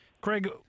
Craig